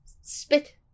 spit